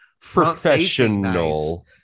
professional